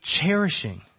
cherishing